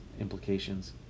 implications